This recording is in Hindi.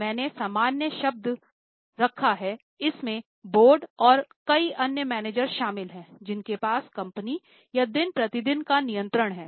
मैंने सामान्य शब्द रखा है इसमें बोर्ड और कई अन्य मैनेजर शामिल हैं जिनके पास कंपनी का दिन प्रतिदिन का नियंत्रण है